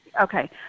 okay